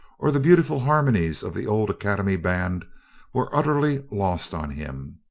or the beautiful harmonies of the old academy band were utterly lost on him.